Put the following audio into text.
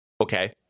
Okay